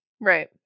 Right